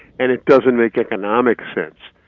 and it doesn't make economic sense.